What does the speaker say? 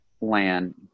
land